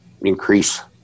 increase